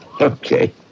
okay